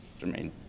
Jermaine